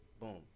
Boom